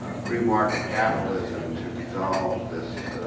ah free market capitalism to resolve this